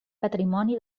patrimoni